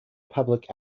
public